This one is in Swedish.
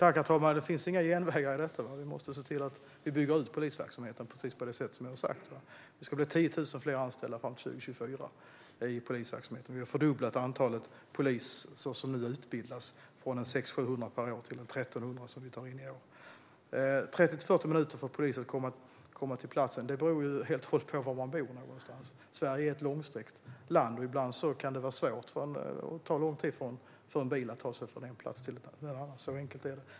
Herr talman! Det finns inga genvägar i detta. Vi måste se till att bygga ut polisverksamheten, precis på det sätt som har sagts. Det ska bli 10 000 fler anställda i polisverksamheten fram till 2024. Antalet som utbildas till polis fördubblas från 600-700 per år till de 1 300 som tas in i år. Tiden 30-40 minuter för polisen att komma till platsen är helt beroende av var man bor någonstans. Sverige är ett långsträckt land, och ibland kan det ta lång tid för en bil att ta sig från en plats till en annan. Så enkelt är det.